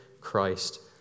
Christ